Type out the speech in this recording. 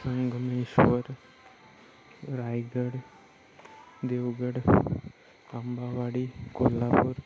Sangameshwar Raigad Devgad Ambawadi Kolhapur